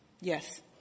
Yes